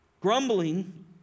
grumbling